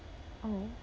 oh